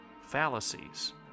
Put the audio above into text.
Fallacies